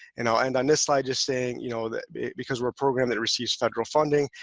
and i'll end on this slide just saying you know that because we're a program that receives federal funding,